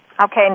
Okay